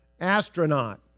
astronaut